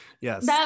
yes